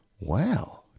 Wow